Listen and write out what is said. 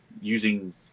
using